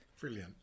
brilliant